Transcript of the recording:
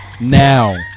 Now